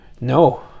no